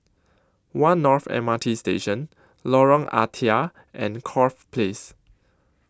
one North M R T Station Lorong Ah Thia and Corfe Place